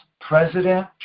President